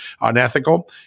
unethical